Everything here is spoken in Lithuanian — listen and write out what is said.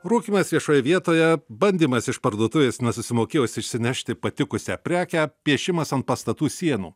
rūkymas viešoje vietoje bandymas iš parduotuvės nesusimokėjus išsinešti patikusią prekę piešimas ant pastatų sienų